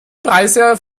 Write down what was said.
preise